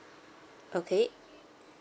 okay